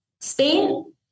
Spain